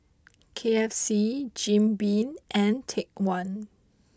K F C Jim Beam and Take One